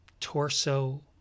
torso